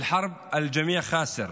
במלחמה כולם מפסידים.